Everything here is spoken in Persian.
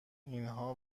اینها